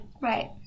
Right